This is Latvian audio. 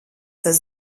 tas